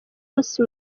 munsi